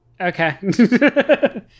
Okay